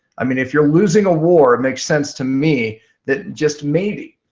i mean if you're losing a war, it makes sense to me that just maybe,